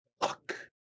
look